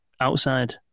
outside